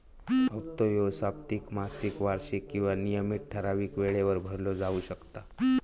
हप्तो ह्यो साप्ताहिक, मासिक, वार्षिक किंवा नियमित ठरावीक वेळेवर भरलो जाउ शकता